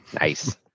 Nice